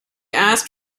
asked